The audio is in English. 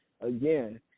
again